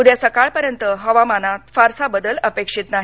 उद्या सकाळपर्यंत हवामानात फारसा बदल अपेक्षित नाही